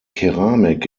keramik